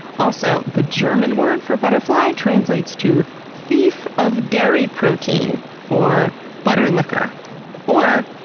also the german word for butterfly translates to thief of dairy protein or botterlicker or,